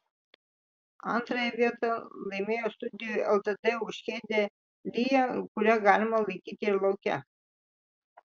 antrąją vietą laimėjo studija ltd už kėdę lya kurią galima laikyti ir lauke